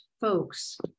folks